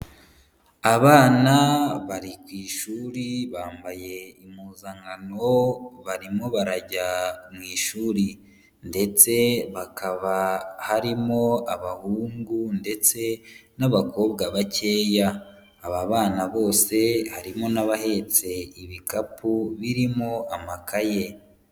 Abana bari ku ishuri, bambaye impuzankano, barimo barajya mu ishuri, ndetse bakaba harimo abahungu ndetse n'abakobwa bakeya. Aba bana bose harimo n'abahetse ibikapu birimo amakaye.